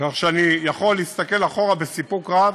כך שאני יכול להסתכל אחורה בסיפוק רב